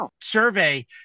survey